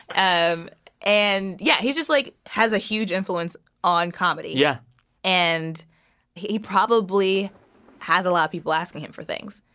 um and yeah, he's just like has a huge influence on comedy yeah and he probably has a lot of people asking him for things.